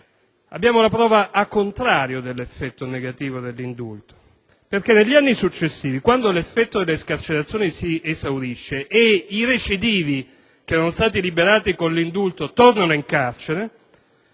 Abbiamo la prova *a* *contrario* dell'effetto negativo dell'indulto. Negli anni successivi, infatti, quando l'effetto delle scarcerazioni si esaurisce e i recidivi che erano stati liberati con l'indulto tornano in carcere,